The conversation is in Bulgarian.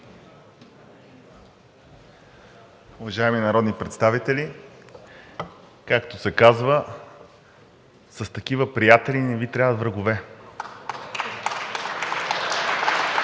Уважаеми народни представители, както се казва: „С такива приятели не Ви трябват врагове!“